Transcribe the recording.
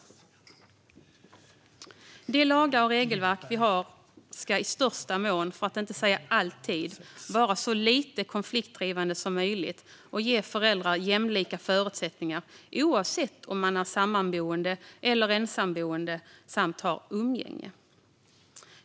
Riksrevisionens rapport om bostadsbidrag och trångboddhet De lagar och regelverk vi har ska i största mån, för att inte säga alltid, vara så lite konfliktdrivande som möjligt och ge föräldrar jämlika förutsättningar oavsett om de är sammanboende eller ensamboende samt har umgänge.